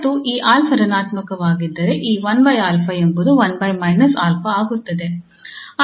ಮತ್ತು ಈ 𝑎 ಋಣಾತ್ಮಕವಾಗಿದ್ದರೆ ಈ ಎಂಬುದು ಆಗುತ್ತದೆ